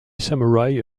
samurai